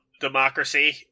democracy